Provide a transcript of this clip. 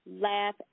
Laugh